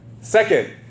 Second